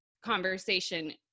conversation